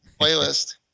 playlist